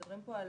מדברים כאן על